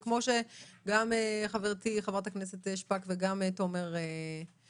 כמו שגם חברתי, חברת הכנסת שפק וגם תומר אמרו,